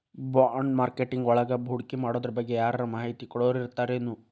ಬಾಂಡ್ಮಾರ್ಕೆಟಿಂಗ್ವಳಗ ಹೂಡ್ಕಿಮಾಡೊದ್ರಬಗ್ಗೆ ಯಾರರ ಮಾಹಿತಿ ಕೊಡೊರಿರ್ತಾರೆನು?